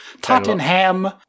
Tottenham